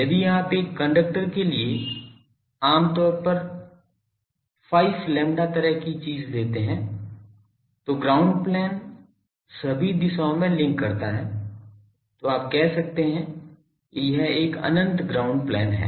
यदि आप एक कंडक्टर के लिए आम तौर पर 5 lambda तरह की चीज लेते हैं जो ग्राउंड प्लेन सभी दिशाओं में लिंक करता है तो आप कह सकते हैं कि यह एक अनंत ग्राउंड प्लेन है